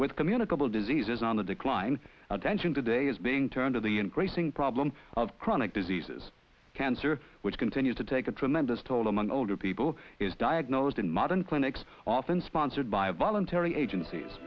with communicable diseases on the decline attention today is being turned to the increasing problem of chronic diseases cancer which continue to take a tremendous toll among older people is diagnosed in modern clinics often sponsored by a voluntary agencies